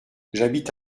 j’habite